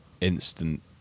instant